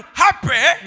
happy